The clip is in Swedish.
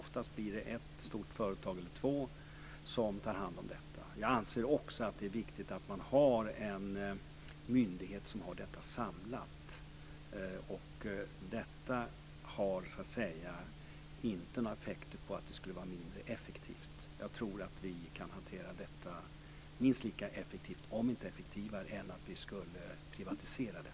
Oftast blir det ett stort företag eller två som tar hand om detta. Jag anser också att det är viktigt att ha en myndighet som har detta samlat. Detta innebär inte heller att det skulle bli mindre effektivt. Jag tror att vi kan hantera detta minst lika effektivt, om inte effektivare, som om vi skulle privatisera det.